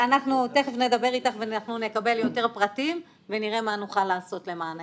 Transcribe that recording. אנחנו תיכף נדבר איתך ונקבל יותר פרטים ונראה מה נוכל לעשות למענך.